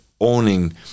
owning